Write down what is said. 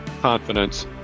confidence